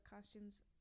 costumes